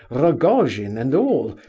rogojin and all,